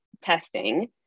testing